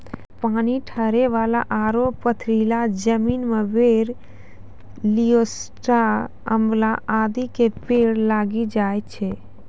पानी ठहरै वाला आरो पथरीला जमीन मॅ बेर, लिसोड़ा, आंवला आदि के पेड़ लागी जाय छै